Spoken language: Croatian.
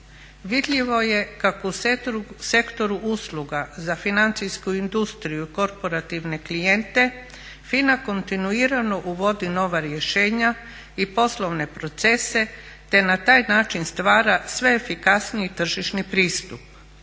Vidljivo je kako u Sektoru usluga za financijsku industriju i korporativne klijente FINA kontinuirano uvodi nova rješenja i poslovne procese, te na taj način stvara sve efikasniji tržišni pristup.